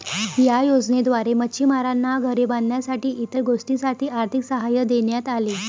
या योजनेद्वारे मच्छिमारांना घरे बांधण्यासाठी इतर गोष्टींसाठी आर्थिक सहाय्य देण्यात आले